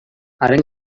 haren